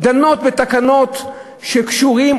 דנה בתקנות שקשורות,